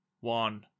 one